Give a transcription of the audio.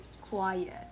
quiet